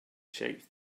shapes